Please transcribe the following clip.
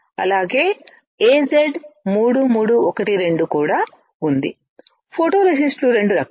అలాగే AZ 3312 కూడా ఉంది ఫోటోరెసిస్టులు రెండు రకాలు